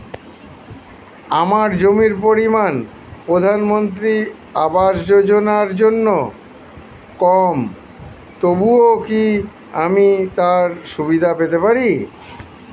আমার জমির পরিমাণ প্রধানমন্ত্রী আবাস যোজনার জন্য কম তবুও কি আমি তার সুবিধা পেতে পারি?